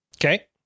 okay